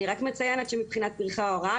אני רק מציינת שמבחינת פרחי ההוראה,